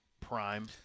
Prime